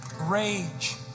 rage